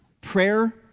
prayer